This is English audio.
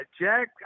Jack